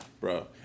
bro